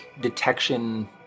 detection